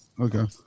Okay